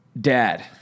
Dad